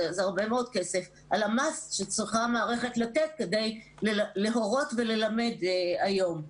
זה הרבה מאוד כסף על המס שצריכה המערכת לתת כדי להורות וללמד היום.